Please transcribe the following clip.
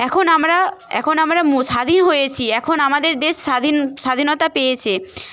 এখন আমরা এখন আমরা স্বাধীন হয়েছি এখন আমাদের দেশ স্বাধীন স্বাধীনতা পেয়েছে